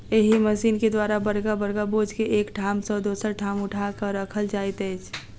एहि मशीन के द्वारा बड़का बड़का बोझ के एक ठाम सॅ दोसर ठाम उठा क राखल जाइत अछि